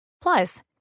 Plus